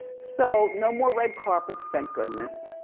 so no more red carpets, thank goodness.